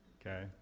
okay